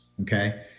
Okay